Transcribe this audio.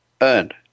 Earned